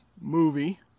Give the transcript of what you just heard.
Movie